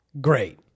great